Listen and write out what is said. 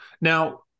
Now